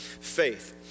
faith